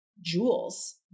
jewels